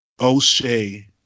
O'Shea